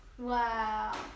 Wow